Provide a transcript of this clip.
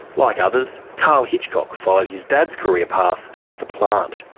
like others, karl hitchcock followed his dad's career path at the plant.